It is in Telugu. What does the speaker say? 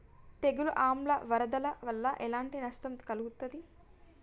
తెగులు ఆమ్ల వరదల వల్ల ఎలాంటి నష్టం కలుగుతది?